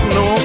no